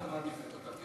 מה אתה מעדיף אותם,